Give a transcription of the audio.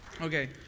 Okay